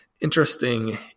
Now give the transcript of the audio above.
interesting